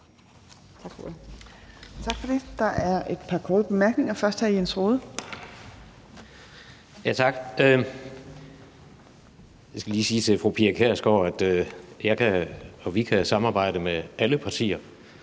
Tak for det. Der er et par korte bemærkninger. Først er det hr. Jens Rohde. Kl. 13:25 Jens Rohde (KD): Tak. Jeg skal lige sige til fru Pia Kjærsgaard, at jeg kan og vi kan samarbejde med alle partier.